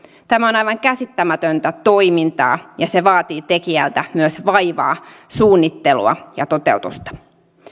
tämä on aivan käsittämätöntä toimintaa ja se vaatii tekijältä myös vaivaa suunnittelua ja toteutusta